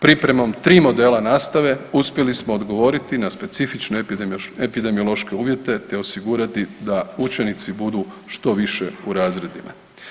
Pripremom 3 modela nastave, uspjeli smo odgovoriti na specifične epidemiološke uvjete te osigurati da učenici budu što više u razredima.